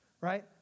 right